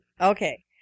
Okay